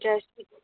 jersey